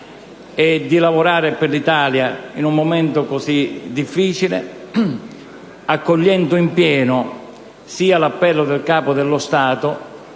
e di lavorare per l'Italia in un momento così difficile, accogliendo in pieno sia l'appello del Capo dello Stato